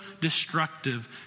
destructive